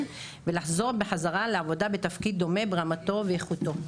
ולחזור בחזרה לעבודה בתפקיד דומה ברמתו ואיכותו.